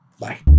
Bye